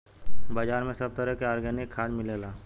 बाजार में सब तरह के आर्गेनिक खाद मिलेला